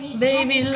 baby